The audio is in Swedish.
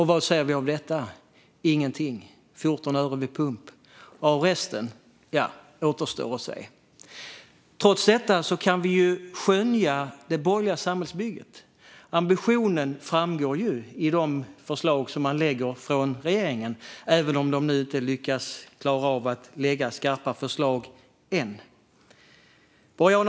Men vad ser vi av detta? Ingenting. Det blev 14 öre vid pump. Vad som händer med resten återstår att se. Trots detta kan vi skönja det borgerliga samhällsbygget. Ambitionen framgår ju i regeringens förslag, även om den inte har lyckats lägga fram några skarpa förslag än. Herr talman!